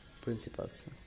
principles